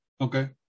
Okay